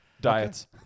Diets